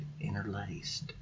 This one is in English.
interlaced